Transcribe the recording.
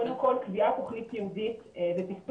קודם כל קביעת תוכנית ייעודית בתקצוב